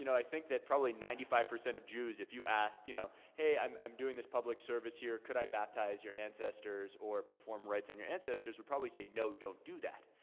you know i think that probably ninety five percent of jews, if you ask, you know hey, i'm i'm doing this public service here. could i baptize your ancestors or perform rites on your ancestors, would probably say, no don't do that.